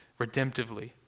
redemptively